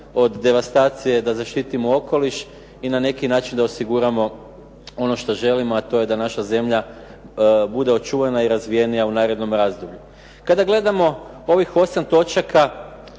od devastacije, da zaštitimo okoliš i na neki način da osiguramo ono što želimo, a to je da naša zemlja bude očuvana i razvijenija u narednom razdoblju. Kada gledamo ovih 8 točaka,